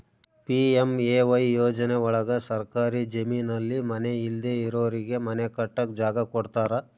PMAY ಯೋಜನೆ ಒಳಗ ಸರ್ಕಾರಿ ಜಮೀನಲ್ಲಿ ಮನೆ ಇಲ್ದೆ ಇರೋರಿಗೆ ಮನೆ ಕಟ್ಟಕ್ ಜಾಗ ಕೊಡ್ತಾರ